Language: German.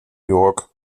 york